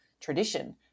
tradition